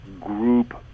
group